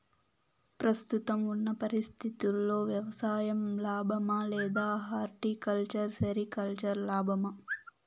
ప్రస్తుతం ఉన్న పరిస్థితుల్లో వ్యవసాయం లాభమా? లేదా హార్టికల్చర్, సెరికల్చర్ లాభమా?